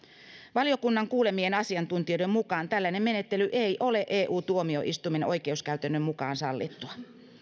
valiokunnan kuulemien asiantuntijoiden mukaan tällainen menettely ei ole eu tuomioistuimen oikeuskäytännön mukaan sallittua